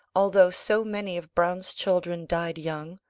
although so many of browne's children died young,